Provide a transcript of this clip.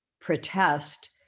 protest